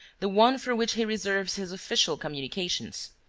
the one for which he reserves his official communications.